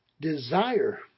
desire